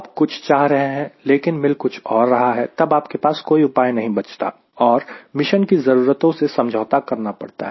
आप कुछ चाह रहे हैं लेकिन मिल कुछ और रहा है तब आपके पास कोई उपाय नहीं बचता और मिशन की ज़रूरतों से समझौता करना पड़ता है